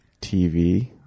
TV